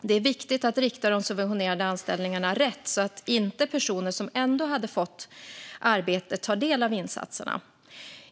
Det är viktigt att rikta de subventionerade anställningarna rätt, så att inte personer som ändå hade fått arbete tar del av insatserna.